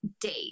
date